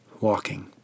Walking